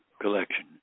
Collection